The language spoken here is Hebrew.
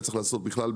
אלא בכלל,